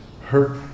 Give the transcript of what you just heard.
hurt